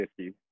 50